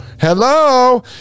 Hello